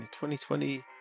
2020